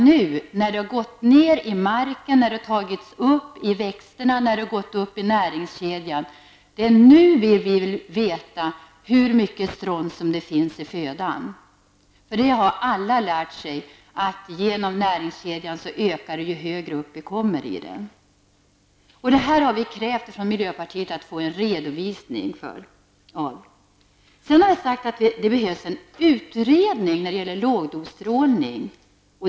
När gifterna nu har gått ned i marken och tagits upp i växterna och näringskedjan över huvud taget, vill vi veta hur mycket strontium det finns i födan. Alla har lärt sig att gifthalterna ökar ju högre upp man kommer i näringskedjan. Miljöpartiet har krävt en redovisning. Sedan har vi framhållit att det behövs en utredning när det gäller lågdosstrålning.